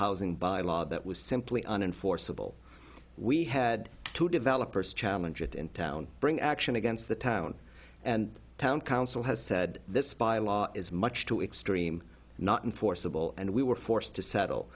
housing by law that was simply an enforceable we had to develop first challenge it in town bring action against the town and town council has said this by law is much too extreme not enforceable and we were forced to settle